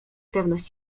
pewność